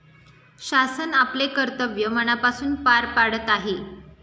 शासन आपले कर्तव्य मनापासून पार पाडत आहे